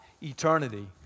eternity